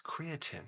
creatine